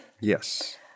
Yes